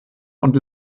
und